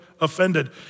offended